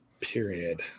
Period